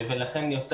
אנחנו,